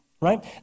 right